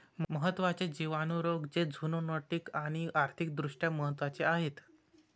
महत्त्वाचे जिवाणू रोग जे झुनोटिक आणि आर्थिक दृष्ट्या महत्वाचे आहेत